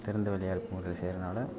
திறந்த வெளி அடுப்பு முறையில் செய்கிறனால